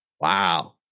Wow